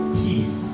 peace